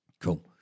Cool